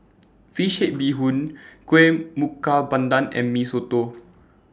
Fish Head Bee Hoon Kuih Pandan and Mee Soto